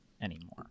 Anymore